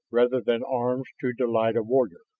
rather than arms to delight a warrior.